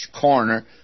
corner